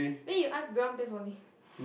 then you ask Grant pay for me